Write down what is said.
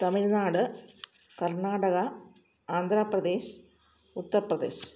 Tamil Nadu Karnataka Andhra Pradesh Uttar Pradesh